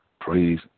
Praise